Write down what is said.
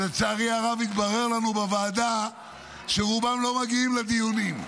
שלצערי הרב התברר לנו בוועדה שרובם לא מגיעים לדיונים.